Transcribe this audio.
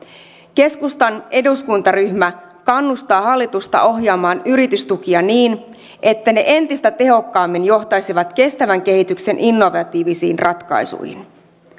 keskustan eduskuntaryhmä kannustaa hallitusta ohjaamaan yritystukia niin että ne entistä tehokkaammin johtaisivat kestävän kehityksen innovatiivisiin ratkaisuihin